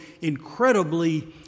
incredibly